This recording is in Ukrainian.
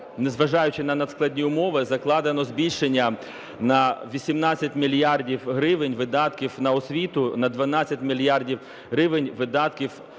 незважаючи на надскладні умови, закладено збільшення на 18 мільярдів гривень видатків на освіту, на 12 мільярдів гривень видатків на медицину.